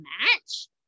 match